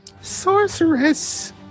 Sorceress